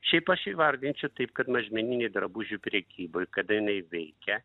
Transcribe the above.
šiaip aš įvardyčiau taip kad mažmeninėj drabužių prekyboj kada jinai veikia